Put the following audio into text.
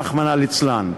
רחמנא ליצלן.